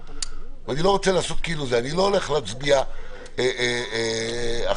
אני לא הולך להצביע עכשיו,